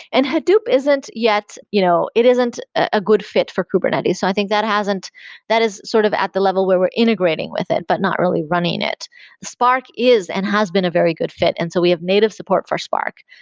and hadoop isn't yet you know it isn't a good fit for kubernetes. so i think that hasn't that is sort of at the level where we're integrating with it, but not really running it spark is and has been a very good fit. and so we have native support for spark,